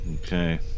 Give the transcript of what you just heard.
okay